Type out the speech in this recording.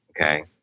okay